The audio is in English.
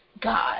god